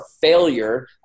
failure